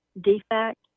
defect